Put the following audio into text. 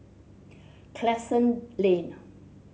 Crescent Lane